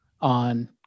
on